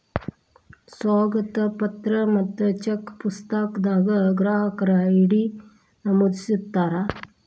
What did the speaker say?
ಸ್ವಾಗತ ಪತ್ರ ಮತ್ತ ಚೆಕ್ ಪುಸ್ತಕದಾಗ ಗ್ರಾಹಕರ ಐ.ಡಿ ನಮೂದಿಸಿರ್ತಾರ